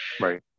Right